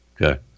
Okay